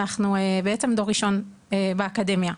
רובנו דור ראשון באקדמיה.